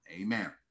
amen